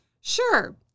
Sure